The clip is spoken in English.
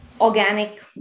organic